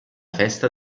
festa